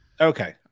Okay